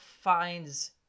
finds